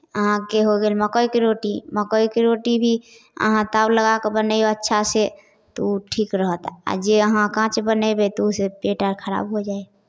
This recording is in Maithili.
अहाँके हो गेल मकइके रोटी मकइके रोटी भी अहाँ ताव लगा कऽ बनैयौ अच्छासँ तऽ ओ ठीक रहत आ जे अहाँ काँच बनेबै तऽ ओहिसँ पेट आर खराब भऽ जाइ हइ